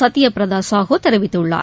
சத்யபிரதா சாகு தெரிவித்துள்ளார்